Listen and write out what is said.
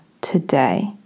today